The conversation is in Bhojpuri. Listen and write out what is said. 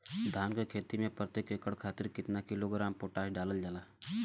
धान क खेती में प्रत्येक एकड़ खातिर कितना किलोग्राम पोटाश डालल जाला?